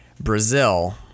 Brazil